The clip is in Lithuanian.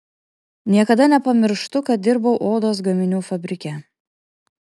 niekada nepamirštu kad dirbau odos gaminių fabrike